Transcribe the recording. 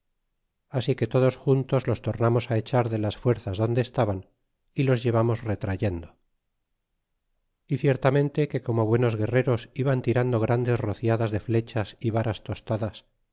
así que todos juntos los tornamos echar de las fuerzas donde estaban y los llevamos retrayendo y ciertamente que como buenos guerreros iban tirando grandes rociadas de flechas y varas tostadas